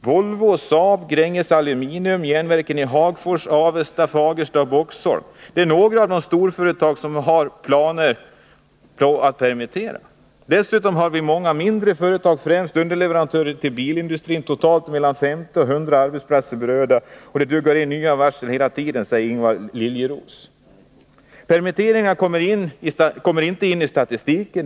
Volvo, Saab, Gränges Aluminium, järnverken i Hagfors, Avesta, Fagersta och Boxholm är några storföretag som har planer på att permittera. Dessutom har vi många mindre företag, främst underleverantörer till bilindustrin, som också har permitteringsplaner. Totalt är mellan 50 och 100 arbetsplatser berörda, och det duggar in nya varsel hela tiden, enligt Ingvar Liljeroos. Permitteringar kommer inte in i arbetslöshetsstatistiken.